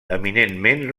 eminentment